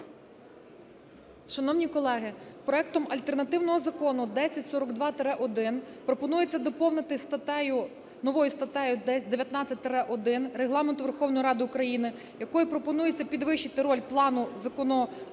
Шановні колеги, проектом альтернативного Закону 1042-1 пропонується доповнити статтею, новою статтею 19-1 Регламент Верховної Ради України, якою пропонується підвищити роль плану